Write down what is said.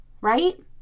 right